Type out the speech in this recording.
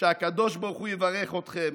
שהקדוש ברוך הוא יברך אתכם,